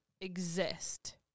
exist